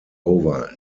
over